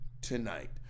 tonight